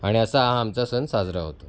आणि असा हा आमचा सण साजरा होतो